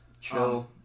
Chill